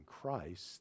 Christ